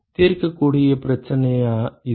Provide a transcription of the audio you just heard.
தீர்க்கக்கூடிய பிரச்சனையா இது